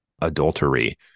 adultery